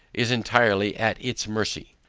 is entirely at its mercy.